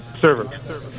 Server